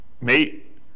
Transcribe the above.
Mate